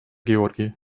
георгий